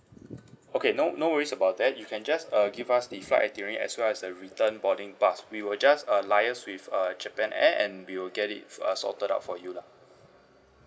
okay no no worries about that you can just uh give us the flight itinerary as well as the return boarding pass we will just uh liaise with uh japan air and we will get it uh sorted out for you lah